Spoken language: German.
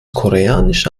koreanische